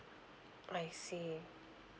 I see